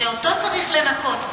שאותו צריך לנקות.